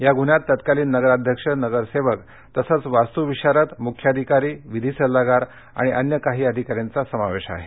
या गुन्ह्यात तत्कालीन नगराध्यक्ष नगरसेवक तसेच वास्तुविशारद मुख्याधिकारी विधी सल्लागारआणि अन्य काही अधिकारींचा समावेश आहे